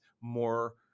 more